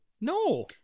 no